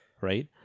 right